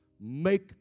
make